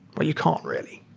but you can't really.